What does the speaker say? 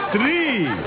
Three